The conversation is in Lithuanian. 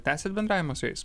tęsiat bendravimą su jais